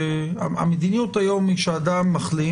המדיניות היום היא שאדם מחלים